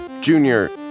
Junior